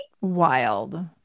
wild